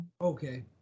Okay